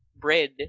bread